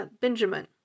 Benjamin